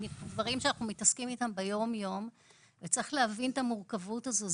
דברים שאנחנו מתעסקים איתם ביום יום וצריך להבין את המורכבות הזו.